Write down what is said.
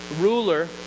ruler